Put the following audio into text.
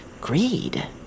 greed